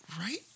right